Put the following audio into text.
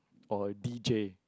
or D_J